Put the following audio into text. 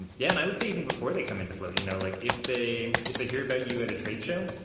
and yeah and i would say even before they come in to float, you know, like if they, if they hear about you at trade show,